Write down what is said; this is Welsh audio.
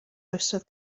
oesoedd